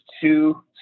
two